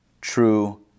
true